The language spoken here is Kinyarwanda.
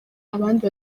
abandi